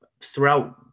throughout